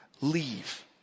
leave